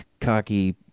cocky